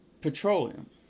petroleum